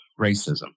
racism